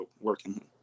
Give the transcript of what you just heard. working